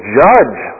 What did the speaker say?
judge